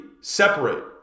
separate